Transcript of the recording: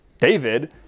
David